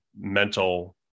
mental